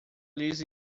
lhes